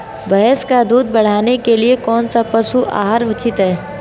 भैंस का दूध बढ़ाने के लिए कौनसा पशु आहार उचित है?